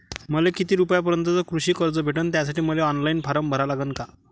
मले किती रूपयापर्यंतचं कृषी कर्ज भेटन, त्यासाठी मले ऑनलाईन फारम भरा लागन का?